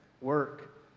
work